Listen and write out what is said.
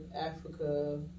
Africa